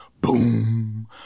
boom